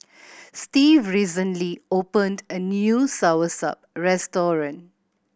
Stevie recently opened a new soursop restaurant